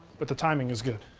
but the timing is good.